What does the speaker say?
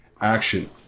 action